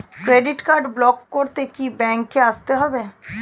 Credit card block করতে কি ব্যাংকে আসতে হবে?